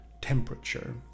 temperature